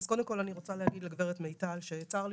אז קודם כל אני רוצה להגיד לגב' מיטל שצר לי